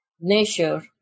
nature